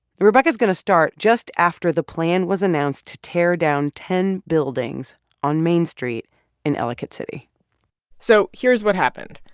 rebecca is going to start just after the plan was announced to tear down ten buildings on main street in ellicott city so here's what happened.